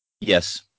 yes